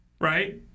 right